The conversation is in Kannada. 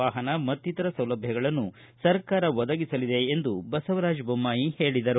ವಾಹನ ಮತ್ತಿತರ ಸೌಲಭ್ಯಗಳನ್ನು ಸರ್ಕಾರ ಒದಗಿಸಲಿದೆ ಎಂದು ಬಸವರಾಜ ಬೊಮ್ಮಾಯಿ ಹೇಳಿದರು